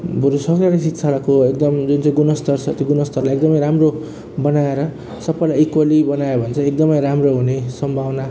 बरु सरकारी शिक्षाको एकदम जुन चाहिँ गुणस्तर छ त्यो गुणस्तरलाई एकदमै राम्रो बनाएर सबैलाई इक्वल्ली बनायो भने चाहिँ एकदमै राम्रो हुने सम्भावना